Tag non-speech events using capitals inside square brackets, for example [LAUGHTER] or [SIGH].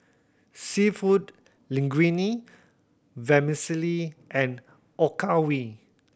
Seafood Linguine Vermicelli and [UNINTELLIGIBLE]